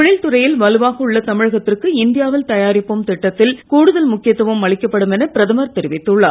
தொழில்துறையில் வலுவாக உள்ள தமிழகத்திற்கு இந்தியாவில் தயாரிப்போம் திட்டத்தில் கூடுதல் முக்கியத்துவம் அளிக்கப்படும் என பிரதமர் தெரிவித்துள்ளார்